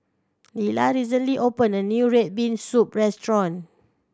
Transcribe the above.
Lila recently opened a new red bean soup restaurant